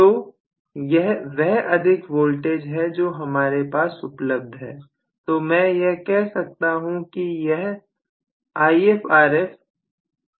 तो यह वह अधिक वोल्टेज है जो हमारे पास उपलब्ध है तो मैं यह कह सकता हूं की IfRf 12V है